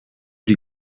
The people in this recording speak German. die